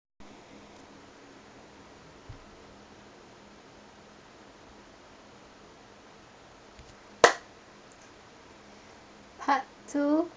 part two